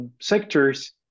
sectors